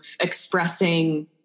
expressing